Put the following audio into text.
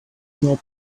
ignore